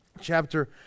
chapter